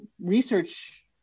research